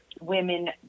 women